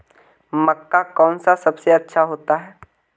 मक्का कौन सा सबसे अच्छा होता है?